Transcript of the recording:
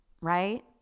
right